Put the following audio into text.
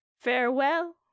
Farewell